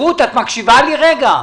רות, את מקשיבה לי רגע?